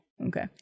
Okay